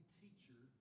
teacher